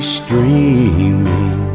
streaming